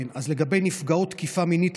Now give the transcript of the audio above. אז לגבי נפגעות תקיפה מינית,